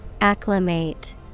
Acclimate